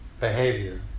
behavior